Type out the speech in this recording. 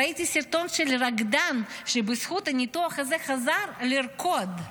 ראיתי סרטון של רקדן שבזכות הניתוח הזה חזר לרקוד.